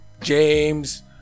James